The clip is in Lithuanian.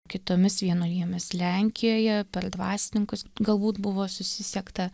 kitomis vienuolijomis lenkijoje per dvasininkus galbūt buvo susisiekta